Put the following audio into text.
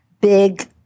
big